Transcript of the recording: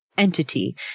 entity